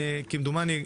כמדומני,